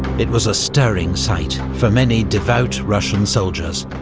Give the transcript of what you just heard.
it was a stirring sight for many devout, russian soldiers,